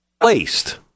placed